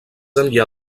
enllà